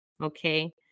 Okay